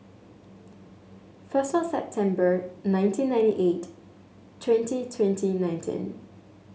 first September nineteen ninety eight twenty twenty nineteen